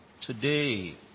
Today